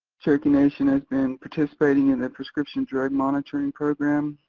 cherokee nation has been participating in a prescription drug monitoring program